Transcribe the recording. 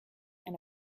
and